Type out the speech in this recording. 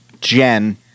Jen